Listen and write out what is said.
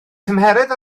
tymheredd